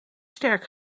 sterk